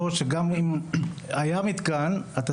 כהכנה לפה